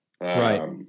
Right